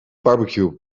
barbecue